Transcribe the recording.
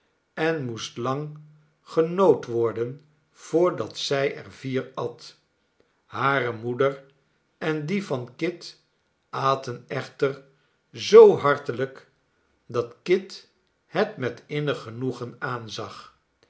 en moest lang genood worden voordat zij er vier at hare moeder en die van kit aten echter zoo hartelijk dat kit het met innig genoegen aanzag